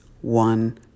one